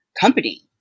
company